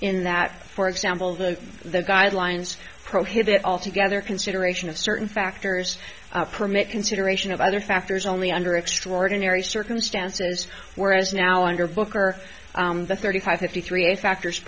in that for example that the guidelines prohibit all together consideration of certain factors permit consideration of other factors only under extraordinary circumstances whereas now under booker the thirty five fifty three factors